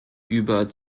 über